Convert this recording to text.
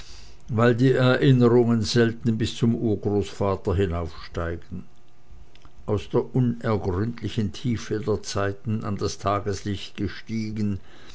weil die erinnerungen selten bis zum urgroßvater hinaufsteigen aus der unergründlichen tiefe der zeiten an das tageslicht gestiegen